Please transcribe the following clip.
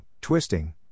twisting